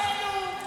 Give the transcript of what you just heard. זה לא מופנה אליך.